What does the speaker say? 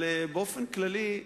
אבל באופן כללי,